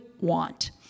want